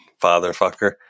fatherfucker